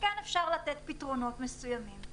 שכן אפשר לתת פתרונות מסוימים.